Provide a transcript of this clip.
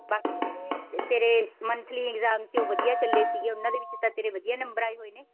ਬਾਕੀ ਤੇਰੇ monthly exam 'ਚੋਂ ਵਧੀਆ ਚੱਲੇ ਸੀਗੇ ਉਹਨਾਂ ਦੇ ਵਿੱਚ ਤਾਂ ਤੇਰੇ ਵਧੀਆ ਨੰਬਰ ਆਏ ਹੋਏ ਨੇ